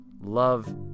Love